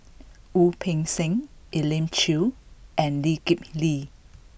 Wu Peng Seng Elim Chew and Lee Kip Lee